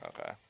Okay